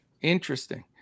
Interesting